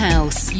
House